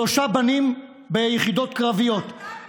שלושה בנים ביחידות קרביות,